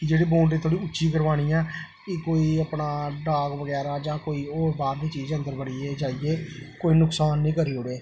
कि जेह्ड़ी बौंड्री थोह्ड़ी उच्ची करवानी ऐ एह् कोई अपना डाग बगैरा जां कोई होर बाह्र दी चीज़ अन्दर बड़ियै जाइयै कोई नुकसान निं करी ओड़ै